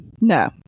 No